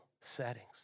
settings